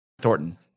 thornton